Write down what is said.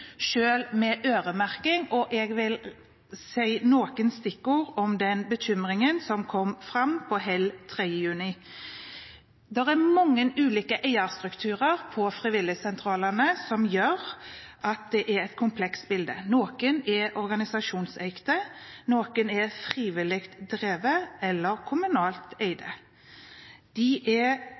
med øremerking, og jeg vil si noen stikkord om den bekymringen som kom fram på Hell 3. juni. Det er mange ulike eierstrukturer i frivilligsentralene som gjør at det er et komplekst bilde. Noen er organisasjonseide. Noen er frivillig drevet eller kommunalt eide. De er